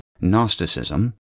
Gnosticism